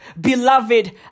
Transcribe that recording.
beloved